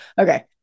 Okay